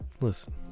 listen